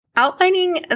Outlining